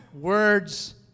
words